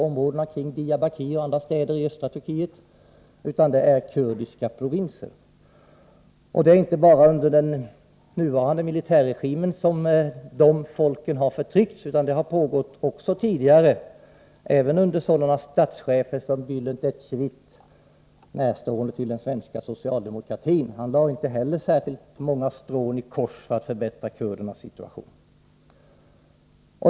Områden kring Diyarbakir och andra städer i östra Turkiet är kurdiska provinser. Det är inte bara under den nuvarande militärregimen som denna folkgrupp har förtryckts, utan det har också pågått tidigare, även under sådana statschefer som Bälent Ecevit — närstående den svenska socialdemokratin. Han lade inte heller särskilt många strån i kors för att förbättra kurdernas situation.